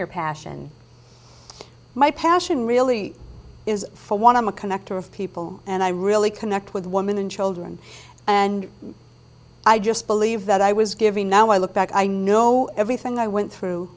your passion my passion really is for one i'm a connector of people and i really connect with women and children and i just believe that i was giving now i look back i know everything i went through